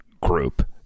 group